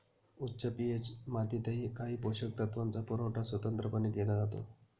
उच्च पी.एच मातीतही काही पोषक तत्वांचा पुरवठा स्वतंत्रपणे केला जातो